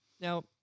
Now